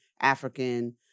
African